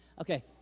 Okay